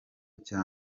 cya